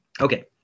Okay